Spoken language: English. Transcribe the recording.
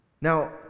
Now